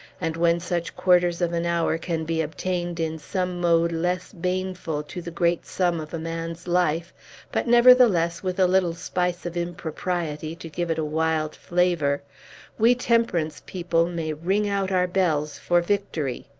and when such quarters of an hour can be obtained in some mode less baneful to the great sum of a man's life but, nevertheless, with a little spice of impropriety, to give it a wild flavor we temperance people may ring out our bells for victory!